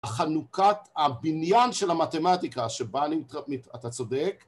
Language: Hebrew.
החנוכת, הבניין של המתמטיקה שבה אני, אתה צודק